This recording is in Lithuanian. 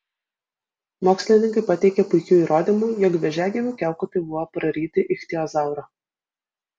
mokslininkai pateikė puikių įrodymų jog vėžiagyvių kiaukutai buvo praryti ichtiozauro